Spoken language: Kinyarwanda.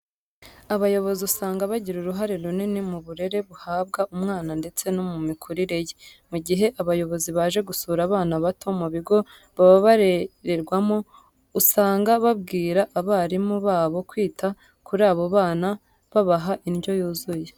Abayobozi usanga bagira uruhare runini mu burere buhabwa umwana ndetse no mu mikurire ye. Mu gihe abayobozi baje gusura abana bato mu bigo baba barererwamo, usanga babwira abarimu babo kwita kuri abo bana babaha indyo yuzuye.